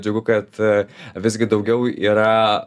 džiugu kad visgi daugiau yra